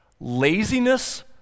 laziness